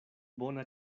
bona